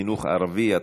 חינוך ערבי),